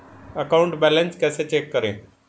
Account balance कैसे check करें?